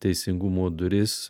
teisingumo duris